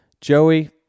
Joey